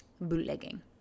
bootlegging